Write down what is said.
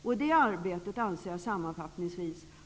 I det arbetet anser jag sammanfattningsvis.